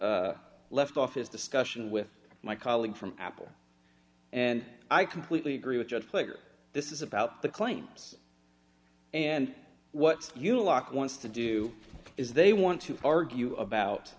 or left office discussion with my colleague from apple and i completely agree with judge pleasure this is about the claims and what you lock wants to do is they want to argue about